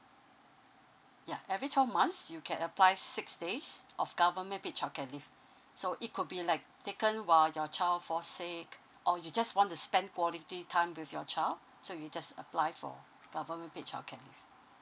ya every twelve months you can apply six days of government paid childcare leave so it could be like taken while your child fall sick or you just want to spend quality time with your child so you just apply for government paid childcare leave